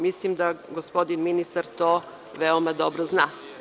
Mislim da gospodin ministar to veoma dobro zna.